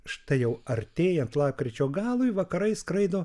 štai jau artėjant lapkričio galui vakarais skraido